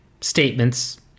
statements